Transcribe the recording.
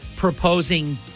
proposing